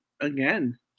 again